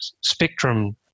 spectrum